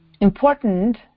important